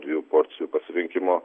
dviejų porcijų pasirinkimo